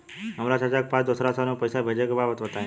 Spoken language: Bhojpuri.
हमरा चाचा के पास दोसरा शहर में पईसा भेजे के बा बताई?